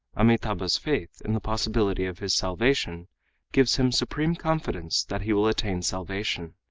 amitabha's faith in the possibility of his salvation gives him supreme confidence that he will attain salvation.